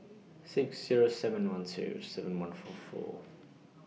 six Zero seven one two seven one four four